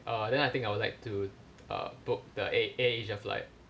uh then I think I would like to uh book the Air Asia flight